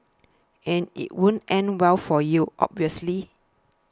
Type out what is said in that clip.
and it won't end well for you obviously